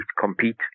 compete